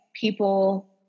people